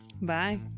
Bye